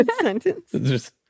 sentence